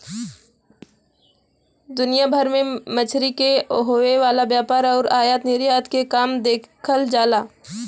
दुनिया भर में मछरी के होये वाला व्यापार आउर आयात निर्यात के काम देखल जाला